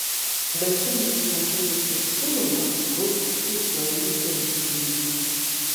laiku nesumokėjus už šilumą bus skaičiuojami delspinigiai